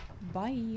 Bye